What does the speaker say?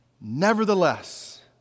Nevertheless